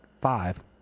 five